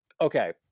okay